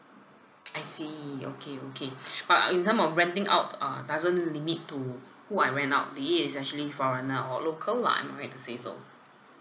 I see okay okay but in terms of renting out uh doesn't limit to who I rent out be it it's actually foreigner or local lah am I right to say so